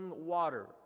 water